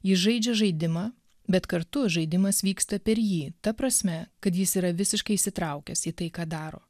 jis žaidžia žaidimą bet kartu žaidimas vyksta per jį ta prasme kad jis yra visiškai įsitraukęs į tai ką daro